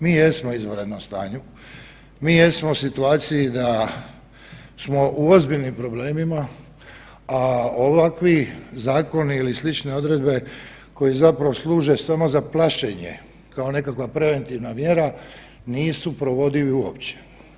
Mi jesmo u izvanrednom stanju, mi jesmo u situaciji da smo u ozbiljnim problemima, a ovakvi zakoni ili slične odredbe koje služe samo za plašenje kao nekakva preventivna mjera nisu provedivi uopće.